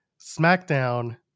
smackdown